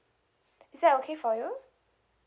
is that okay for you